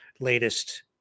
latest